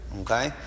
okay